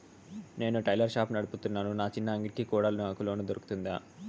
నేను tailor shop నడుపుతున్నాను, నా చిన్న అంగడి కి కూడా నాకు లోను దొరుకుతుందా?